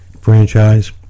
franchise